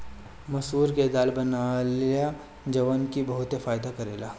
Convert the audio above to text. मसूर के दाल बनेला जवन की बहुते फायदा करेला